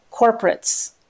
corporates